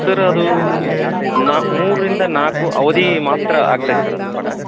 sir ಅದು ನಾ ಮೂರರಿಂದ ನಾಲ್ಕು ಅವಧಿ ಮಾತ್ರ ಆಗ್ತೈತಿ ಸರ್ ಅದು ಪಾಠ